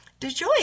DeJoy